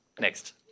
next